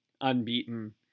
unbeaten